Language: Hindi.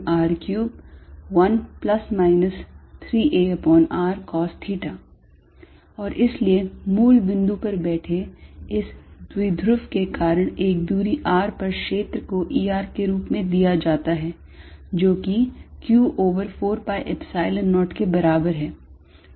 raz3r31±2arcosθ32≅r31±3arcosθ और इसलिए मूल बिंदु पर बैठे इस द्विध्रुव के कारण एक दूरी r पर क्षेत्र को E r के रूप में दिया जाता है जो किq over 4 pi Epsilon 0 के बराबर है